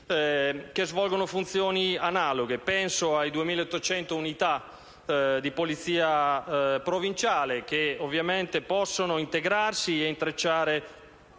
che svolgono funzioni analoghe: penso alle 2.800 unità di polizia provinciale che, ovviamente, possono integrarsi e intrecciare